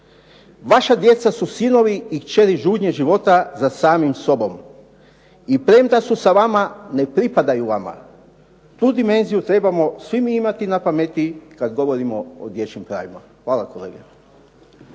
vaša djeca su sinovi i kćeri žudnje života za samim sobom. I premda su sa vama ne pripadaju vama. Tu dimenziju trebamo svi mi imati na pameti kad govorimo o dječjim pravima. Hvala kolege.